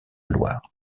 loire